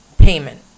payment